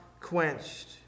quenched